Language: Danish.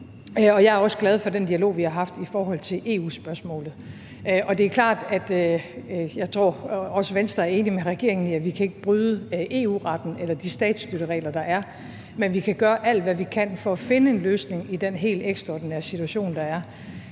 og jeg er også glad for den dialog, vi har haft i forhold til EU-spørgsmålet. Det er klart, at vi ikke kan, og det tror jeg også at Venstre er enig med regeringen i, bryde EU-retten eller de statsstøtteregler, der er, men vi kan gøre alt, hvad vi kan, for at finde en løsning i den helt ekstraordinære situation, der er.